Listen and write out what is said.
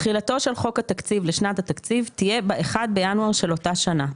תחילתו של חוק התקציב לשנת התקציב תהיה ב־1 בינואר של אותה שנה,